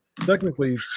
Technically